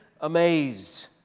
amazed